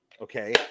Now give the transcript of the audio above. Okay